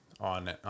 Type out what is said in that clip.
on